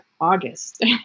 August